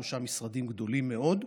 שלושה משרדים גדולים מאוד,